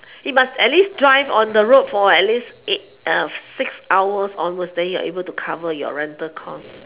must at least drive on the road for at least eight six hours onwards then you're able to cover your rental costs